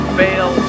fail